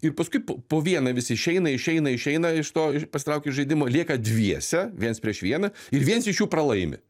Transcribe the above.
ir paskui po po vieną visi išeina išeina išeina iš to pasitraukia iš žaidimo lieka dviese viens prieš vieną ir viens iš jų pralaimi